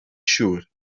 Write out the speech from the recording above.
siŵr